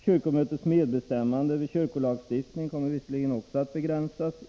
Kyrkomötets medbestämmande vid kyrkolagstiftningen kommer visserligen också att begränsas.